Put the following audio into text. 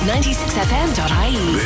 96fm.ie